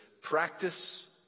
practice